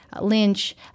Lynch